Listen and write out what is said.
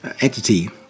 entity